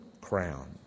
crown